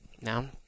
now